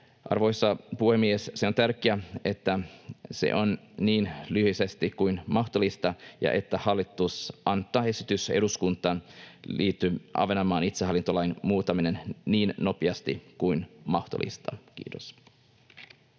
Arvoisa puhemies! On tärkeää, että se on niin lyhytaikainen kuin mahdollista ja että hallitus antaa eduskuntaan esityksen Ahvenanmaan itsehallintolain muuttamisesta niin nopeasti kuin mahdollista. — Kiitos.